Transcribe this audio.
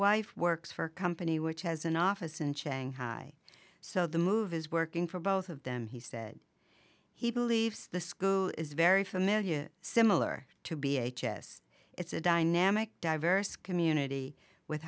wife works for a company which has an office in shanghai so the move is working for both of them he said he believes the school is very familiar similar to be h s it's a dynamic diverse community with